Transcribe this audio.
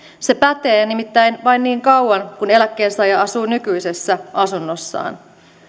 se pätee nimittäin vain niin kauan kun eläkkeensaaja asuu nykyisessä asunnossaan